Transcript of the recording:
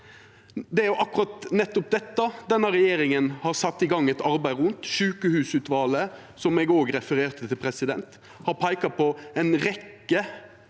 Det er akkurat det denne regjeringa har sett i gang eit arbeid rundt. Sjukehusutvalet, som eg òg refererte til, har peika på ei rekkje